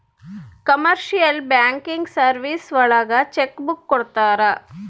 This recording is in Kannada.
ಕಮರ್ಶಿಯಲ್ ಬ್ಯಾಂಕಿಂಗ್ ಸರ್ವೀಸಸ್ ಒಳಗ ಚೆಕ್ ಬುಕ್ ಕೊಡ್ತಾರ